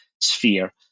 sphere